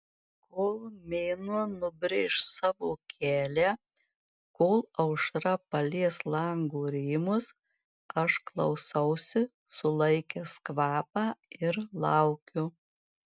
kol mėnuo nubrėš savo kelią kol aušra palies lango rėmus aš klausausi sulaikęs kvapą ir laukiu